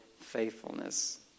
faithfulness